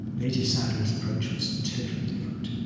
ledi sayadaw's approach was totally different,